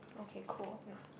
okay cool nah